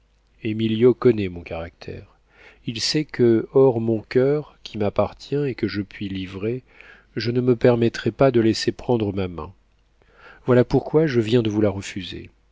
libre émilio connaît mon caractère il sait que hors mon coeur qui m'appartient et que je puis livrer je ne me permettrais pas de laisser prendre ma main voilà pourquoi je viens de vous la refuser